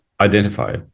identify